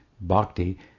bhakti